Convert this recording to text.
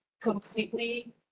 completely